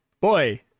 boy